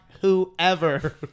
whoever